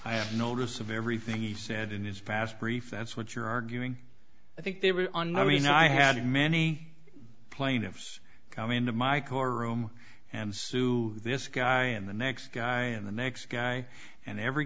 i have notice of everything you've said in this past brief that's what you're arguing i think they were and i mean i had many plaintiffs come into my car room and sue this guy and the next guy and the next guy and every